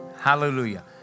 Hallelujah